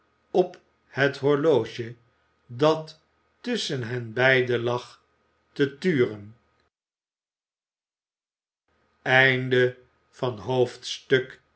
op het horloge dat tusschen hen beiden lag te turen